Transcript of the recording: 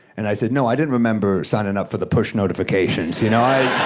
and i said, no, i didn't remember signing up for the push notifications, you know?